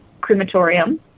crematorium